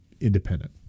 independent